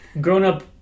grown-up